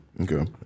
okay